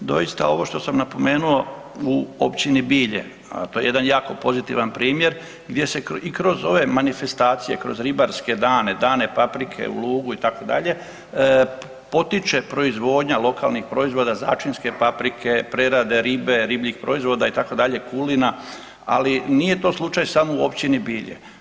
Doista ovo što sam napomenuo u Općini Bilje, a to je jedan jako pozitivan primjer gdje se i kroz ove manifestacije kroz Ribarske dane, Dane paprike u Lugu itd., potiče proizvodnja lokalnih proizvoda začinske paprike, prerade ribe, ribljih proizvoda itd., kulina, ali nije to slučaj samo u Općini Bilje.